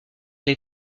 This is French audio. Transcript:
les